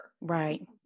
Right